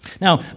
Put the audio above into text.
Now